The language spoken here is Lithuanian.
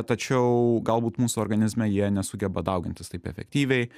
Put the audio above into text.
tačiau galbūt mūsų organizme jie nesugeba daugintis taip efektyviai